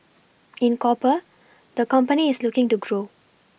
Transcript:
in copper the company is looking to grow